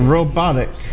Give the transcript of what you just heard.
Robotic